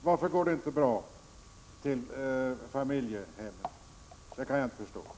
Varför går det inte bra att göra det till familjehemmen? Jag kan inte förstå det.